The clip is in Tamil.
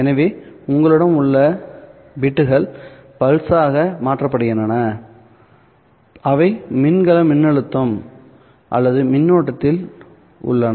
எனவே உங்களிடம் உள்ள பிட்கள் பிளஸாக மாற்றப்படுகின்றன அவை மின் கள மின்னழுத்தம் அல்லது மின்னோட்டத்தில் உள்ளன